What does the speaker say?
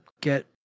get